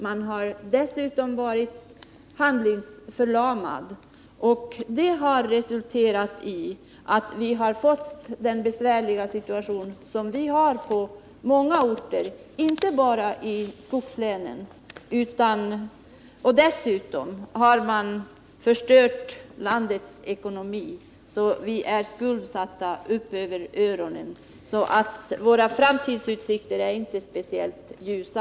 Man har dessutom varit handlingsförlamad, och det har resulterat i den besvärliga situation som råder på många orter, inte bara i skogslänen. Dessutom har man förstört landets ekonomi så att vi är skuldsatta upp över öronen. Våra framtidsutsikter är inte speciellt ljusa.